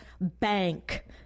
bank